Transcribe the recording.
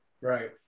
Right